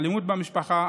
אלימות במשפחה,